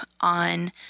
on